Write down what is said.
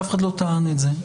אף אחד לא טען את זה,